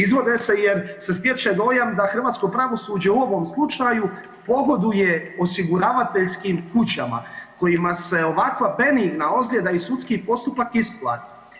Izvode se jer se stječe dojam da hrvatsko pravosuđe u ovom slučaju pogoduje osiguravateljskim kućama kojima se u ovakva benigna ozljeda i sudski postupak isplati.